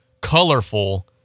colorful